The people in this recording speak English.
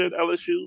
LSU